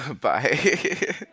Bye